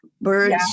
Birds